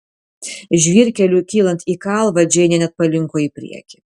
žvyrkeliu kylant į kalvą džeinė net palinko į priekį